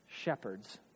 shepherds